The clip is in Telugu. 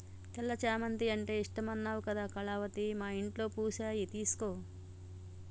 తెల్ల చామంతి అంటే ఇష్టమన్నావు కదా కళావతి మా ఇంట్లో పూసాయి తీసుకో